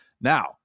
Now